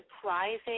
surprising